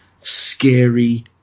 scary